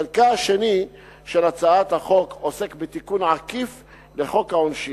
חלקה השני של הצעת החוק עוסק בתיקון עקיף לחוק העונשין.